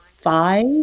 Five